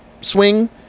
swing